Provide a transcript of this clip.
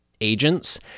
agents